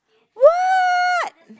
what